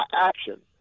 action